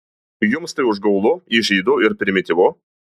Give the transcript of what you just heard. jums tai užgaulu įžeidu ir primityvu